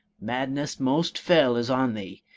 madness most fell is on thee,